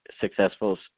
successful